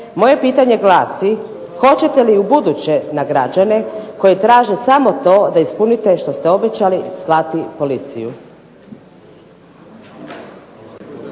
Moje pitanje glasi, hoćete li ubuduće na građane koji traže samo to da ispunite što ste obećali slati policiju?